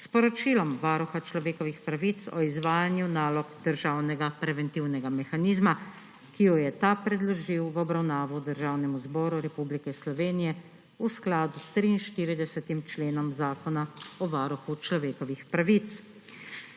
s poročilom Varuha človekovih pravic o izvajanju nalog državnega preventivnega mehanizma, ki ju je ta predložil v obravnavo Državnemu zboru Republike Slovenije v skladu s 43. členom Zakona o varuhu človekovih pravic.